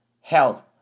health